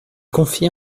confiait